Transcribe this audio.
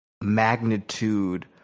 magnitude